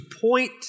point